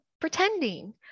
pretending